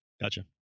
Gotcha